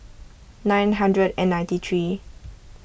nine hundred and ninety three